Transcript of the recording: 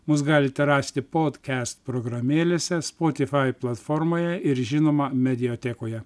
mus galite rasti potkest programėlėse spotyfai platformoje ir žinoma mediatekoje